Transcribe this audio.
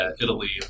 Italy